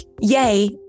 yay